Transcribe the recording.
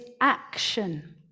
action